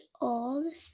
old